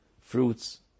fruits